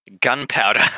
gunpowder